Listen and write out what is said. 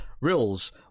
Rules